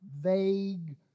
vague